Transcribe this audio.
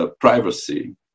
privacy